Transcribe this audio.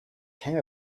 came